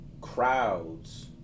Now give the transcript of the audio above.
crowds